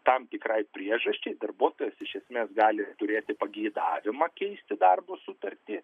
tam tikrai priežasčiai darbuotojas iš esmės gali turėti pageidavimą keisti darbo sutartį